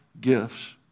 gifts